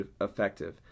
effective